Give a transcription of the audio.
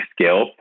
skill